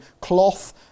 cloth